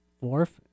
fourth